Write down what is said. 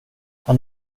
han